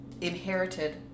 inherited